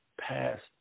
past